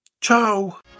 Ciao